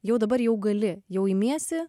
jau dabar jau gali jau imiesi